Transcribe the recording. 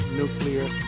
nuclear